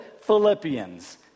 Philippians